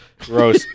Gross